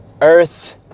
Earth